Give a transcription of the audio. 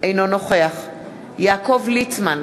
אינו נוכח יעקב ליצמן,